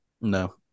No